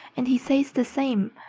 and he says the same,